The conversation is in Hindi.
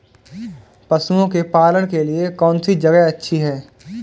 पशुओं के पालन के लिए कौनसी जगह अच्छी है?